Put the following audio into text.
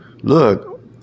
look